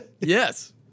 Yes